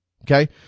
okay